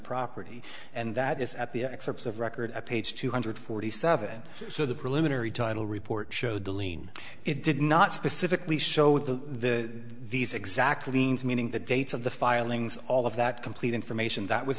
property and that is at the excerpts of record at page two hundred forty seven so the preliminary title report showed the lien it did not specifically show the these exactly means meaning the dates of the filings all of that complete information that was